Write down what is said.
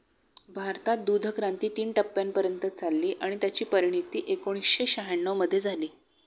भारतात दूधक्रांती तीन टप्प्यांपर्यंत चालली आणि त्याची परिणती एकोणीसशे शहाण्णव मध्ये झाली